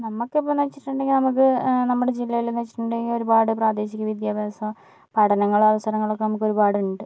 നമുക്ക് ഇപ്പോന്ന് വെച്ചിട്ടുണ്ടെങ്കിൽ നമുക്ക് നമ്മുടെ ജില്ലയിൽ എന്ന് വെച്ചിട്ടുണ്ടെങ്കി ഒരുപാട് പ്രാദേശിക വിദ്യാഭ്യാസം പഠനങ്ങൾ അവസരങ്ങൾ ഒക്കെ നമുക്ക് ഒരുപാടുണ്ട്